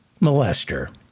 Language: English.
molester